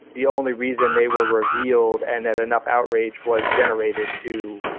the only reason they were revealed and that enough outrage was generated to